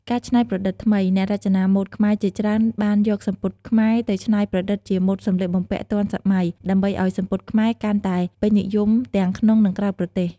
ការច្នៃប្រឌិតថ្មី អ្នករចនាម៉ូដខ្មែរជាច្រើនបានយកសំពត់ខ្មែរទៅច្នៃប្រឌិតជាម៉ូដសម្លៀកបំពាក់ទាន់សម័យដើម្បីឲ្យសំពត់ខ្មែរកាន់តែពេញនិយមទាំងក្នុងនិងក្រៅប្រទេស។